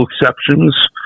exceptions